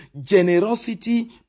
generosity